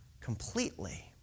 completely